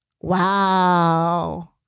Wow